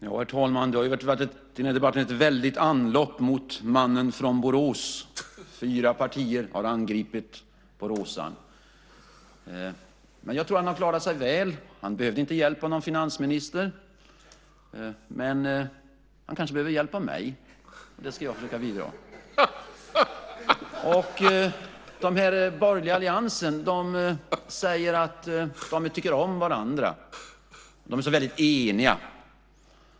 Herr talman! Det har varit i debatten ett väldigt anlopp mot mannen från Borås. Fyra partier har angripit boråsaren. Jag tycker att han har klarat sig väl. Han behövde inte hjälp av någon finansminister. Men han kanske behöver hjälp av mig, och det ska jag försöka bidra med. I den borgerliga alliansen säger de att de tycker om varandra. De är så väldigt eniga.